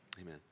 amen